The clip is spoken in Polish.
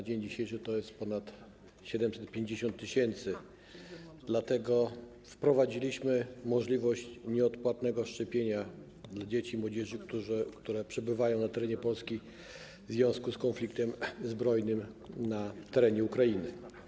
Dzisiaj jest to ponad 750 tys., dlatego wprowadziliśmy możliwość nieodpłatnego szczepienia dzieci i młodzieży, które przebywają na terenie Polski w związku z konfliktem zbrojnym na terenie Ukrainy.